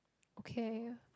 okay